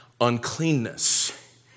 Uncleanness